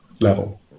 level